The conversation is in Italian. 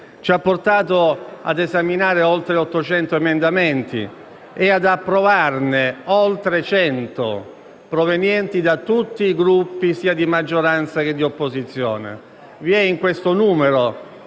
ci ha portato ad esaminare oltre 800 emendamenti e ad approvarne oltre 100 provenienti da tutti i Gruppi, sia di maggioranza che di opposizione. Vi è in questo numero